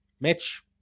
mitch